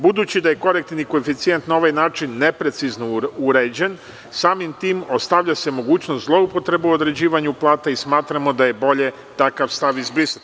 Budući da je korektivni koeficijent na ovaj način neprecizno uređen, samim tim ostavlja se mogućnost zloupotrebe u određivanju plata i smatramo da je bolje takav stav izbrisati.